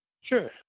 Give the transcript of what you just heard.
Sure